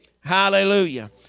Hallelujah